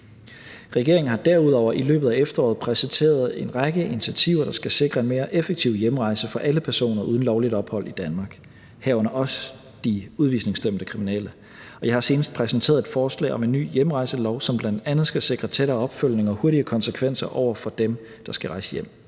Regeringen har derudover i løbet af efteråret præsenteret en række initiativer, der skal sikre en mere effektiv hjemrejse for alle personer uden lovligt ophold i Danmark, herunder også de udvisningsdømte kriminelle. Og jeg har senest præsenteret et forslag om en ny hjemrejselov, som bl.a. skal sikre tættere opfølgning og hurtigere konsekvenser over for dem, der skal rejse hjem.